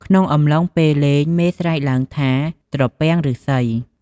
ក្នុងអំឡុងពេលលេង មេស្រែកឡើងថា "ត្រពាំងឬស្សី "។